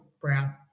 Brown